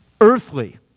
earthly